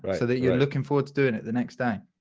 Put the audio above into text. but so that you're looking forward to doing it the next day.